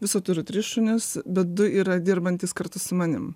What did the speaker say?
viso turiu tris šunis bet du yra dirbantys kartu su manim